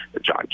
John